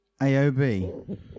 AOB